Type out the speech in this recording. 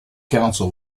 council